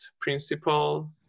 principle